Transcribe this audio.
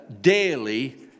daily